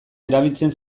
erabiltzen